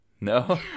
no